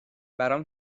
برام